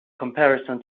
comparison